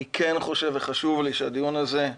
חשוב לי שהדיון הזה,